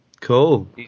Cool